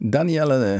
Danielle